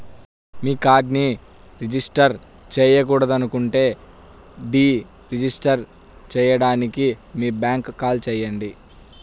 మీ కార్డ్ను రిజిస్టర్ చేయకూడదనుకుంటే deregister చేయడానికి మీ బ్యాంక్కు కాల్ చేయండి